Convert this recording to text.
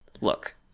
look